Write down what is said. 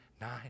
nine